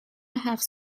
هفت